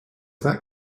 that